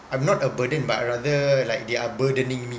I'm not a burden but rather like they are burdening me